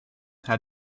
had